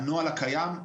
הנוהל הקיים,